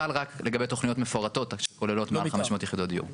חל רק לגבי תוכניות מפורטות שכוללות רק מעל 500 יחידות דיור.